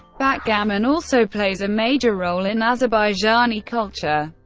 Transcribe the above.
backgammon also plays a major role in azerbaijani culture.